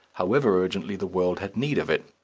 however urgently the world had need of it.